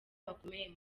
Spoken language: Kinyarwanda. bakomeye